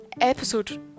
Episode